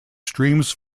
streams